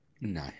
No